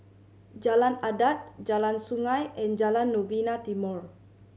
Jalan Adat Jalan Sungei and Jalan Novena Timor